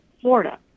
Florida